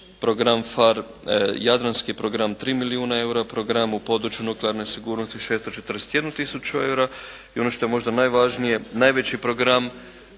program PHARE jadranski program 3 milijuna eura, program u području nuklearne sigurnosti 641 tisuću eura i ono što je možda najvažnije, najveći program